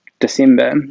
December